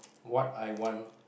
what I want